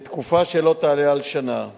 לתקופה שלא תעלה על שנה.